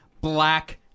Black